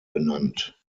benannt